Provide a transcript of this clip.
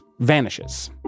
vanishes